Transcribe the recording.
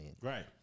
Right